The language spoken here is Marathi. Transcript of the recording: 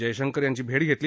जयशंकर यांची भेट घेतली